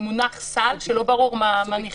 מונח סל שלא ברור מה נכלל בו.